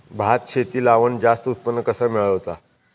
भात शेती लावण जास्त उत्पन्न कसा मेळवचा?